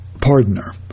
pardoner